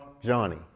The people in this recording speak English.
Johnny